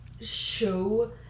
show